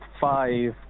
five